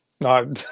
No